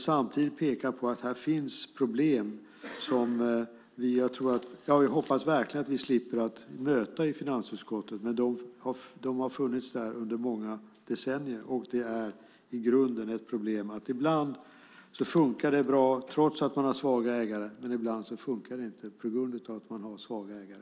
Samtidigt vill jag peka på att här finns problem som jag hoppas att vi slipper möta i finansutskottet. De har funnits i många decennier. Det är i grunden ett problem att det ibland funkar bra trots att man har svaga ägare, ibland funkar det inte på grund av att det är svaga ägare.